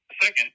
Second